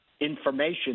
information